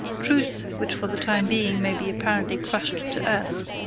truth, which for the time being may be apparently crushed to earth,